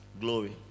Glory